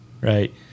right